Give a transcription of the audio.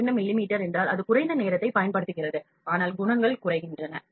2 மிமீ என்றால் அது குறைந்த நேரத்தை பயன்படுத்துகிறது ஆனால் குணங்கள் குறைகின்றன